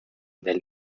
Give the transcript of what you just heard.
del